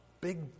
big